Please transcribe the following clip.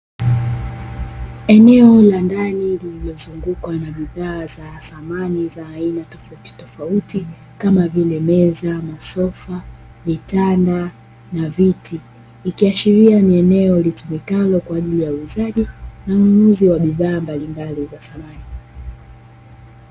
Eneo la ndani lililozungukwa na bidhaa za samani za tofauti tofauti kama vile: meza, masofa, vitanda na viti, ikiashiria ni eneo litumikalo kwa ajili ya uuzaji na ununuzi wa bidhaa mbalimbali za samani.